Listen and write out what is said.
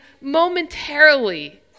momentarily